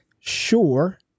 Sure